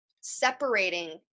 separating